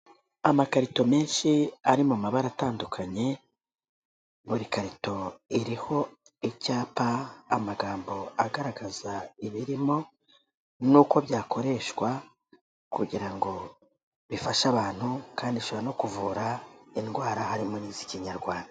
Amakarito menshi ari mu mabara atandukanye buri karito iriho icyapa, amagambo agaragaza ibirimo, n'uko byakoreshwa kugira ngo bifashe abantu kandi bishobora no kuvura indwara harimo n'iz'ikinyarwanda.